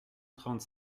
trente